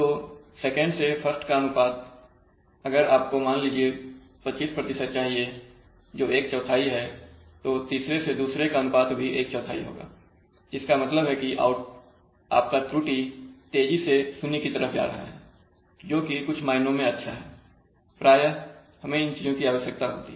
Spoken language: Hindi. तो 2nd से 1st का अनुपात अगर आपको मान लीजिए 25 चाहिए जो एक चौथाई है तो तीसरे से दूसरे का अनुपात भी एक चौथाई होगा जिसका मतलब है कि आपका त्रुटि तेजी से 0 की तरफ जा रहे हैजोकि कुछ मायनों में अच्छा है प्रायः हमें इन चीजों की आवश्यकता होती है